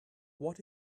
what